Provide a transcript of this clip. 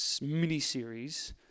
mini-series